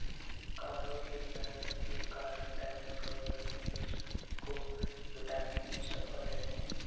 करों के रियायत के कारण टैक्स हैवन निवेश को जुटाने में सफल रहते हैं